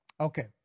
Okay